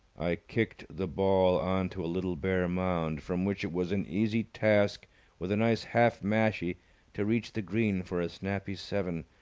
i kicked the ball on to a little bare mound, from which it was an easy task with a nice half-mashie to reach the green for a snappy seven.